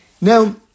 Now